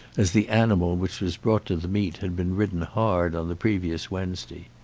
as the animal which was brought to the meet had been ridden hard on the previous wednesday.